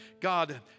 God